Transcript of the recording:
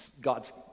God's